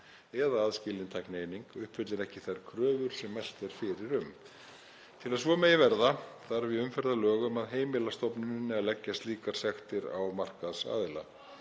eða aðskilin tæknieining uppfyllir ekki þær kröfur sem mælt er fyrir um. Til að svo megi verða þarf í umferðarlögum að heimila stofnuninni að leggja slíkar sektir á markaðsaðila.